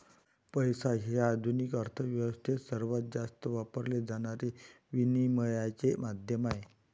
पैसा हे आधुनिक अर्थ व्यवस्थेत सर्वात जास्त वापरले जाणारे विनिमयाचे माध्यम आहे